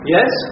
Yes